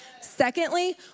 Secondly